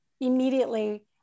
immediately